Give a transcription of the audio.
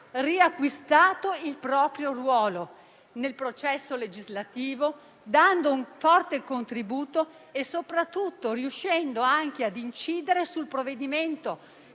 riacquistato il proprio ruolo nel processo legislativo, dando un forte contributo e soprattutto riuscendo ad incidere sul provvedimento